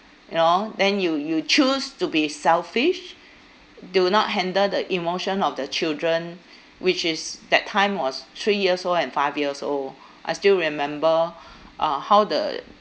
you know then you you choose to be selfish do not handle the emotion of the children which is that time was three years old and five years old I still remember uh how the